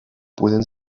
pueden